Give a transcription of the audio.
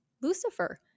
Lucifer